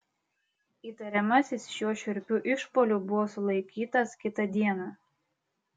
įtariamasis šiuo šiurpiu išpuoliu buvo sulaikytas kitą dieną